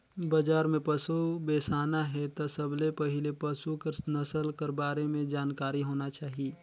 बजार में पसु बेसाना हे त सबले पहिले पसु कर नसल कर बारे में जानकारी होना चाही